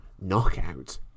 Knockout